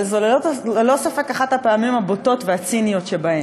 אבל זו ללא ספק אחת הפעמים הבוטות והציניות שבהן.